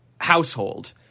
household